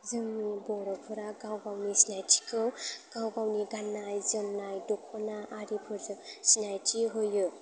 जोंनि बर'फोरा गाव गावनि सिनायथिखौ गाव गावनि गाननाय जोमनाय दख'ना आरिफोरजों सिनायथि होयो